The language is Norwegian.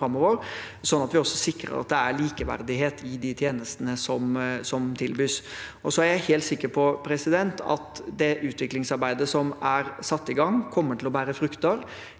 også sikrer at det er likeverdighet i de tjenestene som tilbys. Jeg er helt sikker på at det utviklingsarbeidet som er satt i gang, kommer til å bære frukter.